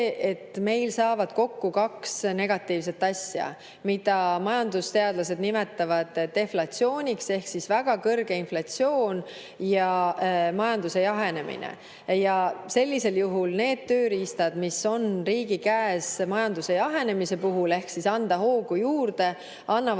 et meil saavad kokku kaks negatiivset asja, mida majandusteadlased nimetavad deflatsiooniks, ehk siis väga kõrge inflatsioon ja majanduse jahenemine. Ja sellisel juhul need tööriistad, mis on riigi käes majanduse jahenemise puhul ja annaksid hoogu juurde, annavad